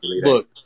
look